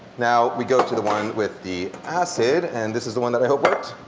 now we go to the one with the acid and this is the one that i hope worked.